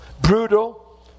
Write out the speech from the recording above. Brutal